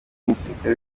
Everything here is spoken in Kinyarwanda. umusirikare